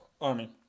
army